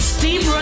Steve